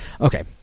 okay